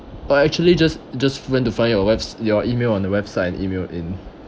uh actually just just went to find your webs~ your email on the website and email in